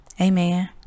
Amen